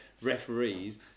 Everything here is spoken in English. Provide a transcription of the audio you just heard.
referees